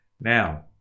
now